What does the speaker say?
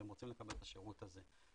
והם רוצים לקבל את השירות הזה.